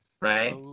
right